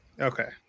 Okay